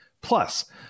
Plus